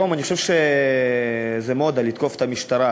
היום אני חושב שזה "מודה" לתקוף את המשטרה,